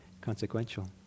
consequential